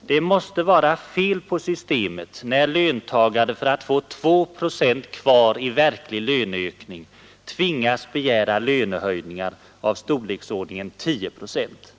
Det måste vara fel på systemet när löntagarna för att få 2 procent kvar i verklig löneöknig tvingas begära lönehöjningar av storleksordningen 10 procent.